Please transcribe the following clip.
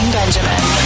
Benjamin